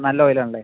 നല്ല ഓയിലാണല്ലേ